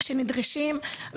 לקשישים שנדרשים.